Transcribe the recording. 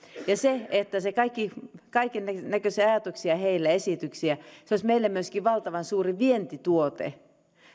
ja se että heillä on kaikennäköisiä ajatuksia ja esityksiä olisi meille myöskin valtavan suuri vientituote